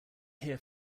hear